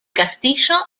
castillo